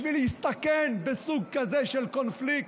בשביל להסתכן בסוג כזה של קונפליקט.